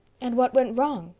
and what went wrong?